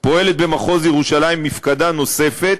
פועלת במחוז ירושלים מפקדה נוספת,